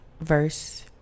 verse